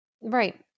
Right